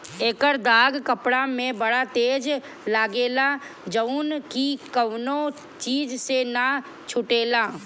एकर दाग कपड़ा में बड़ा तेज लागेला जउन की कवनो चीज से ना छुटेला